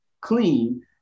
clean